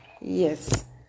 yes